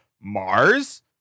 Mars